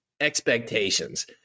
expectations